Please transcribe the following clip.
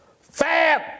Fab